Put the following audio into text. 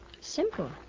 Simple